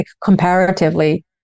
comparatively